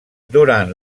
durant